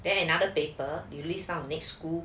then another paper usually start next school